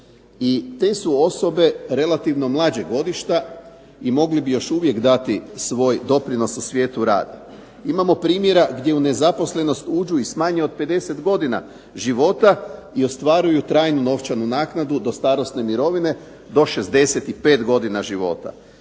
te su osobe relativno mlađeg godišta i mogli bi još uvijek dati svoj doprinos u svijetu rada. Imamo primjera gdje u nezaposlenost uđu i s manje od 50 godina života i ostvaruju trajnu novčanu naknadu do starosne mirovine do 65 godina života.